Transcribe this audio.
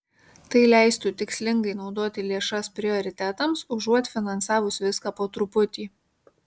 tai leistų tikslingai naudoti lėšas prioritetams užuot finansavus viską po truputį